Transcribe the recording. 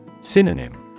Synonym